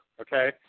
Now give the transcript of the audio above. Okay